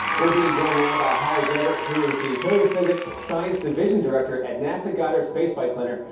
we're being joined now by holly gilbert who is the heliophysics science division director at nasa goddard space flight center,